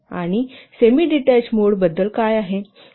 आणि semi detach mode बद्दल काय आहे